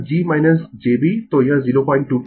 Refer Slide Time 2757 तो Yg jb